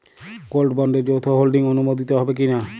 Gold বন্ডে যৌথ holding অনুমোদিত হবে কিনা?